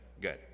Good